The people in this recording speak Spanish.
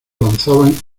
lanzaban